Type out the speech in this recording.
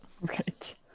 right